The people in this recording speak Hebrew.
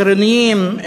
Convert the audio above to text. חילונים,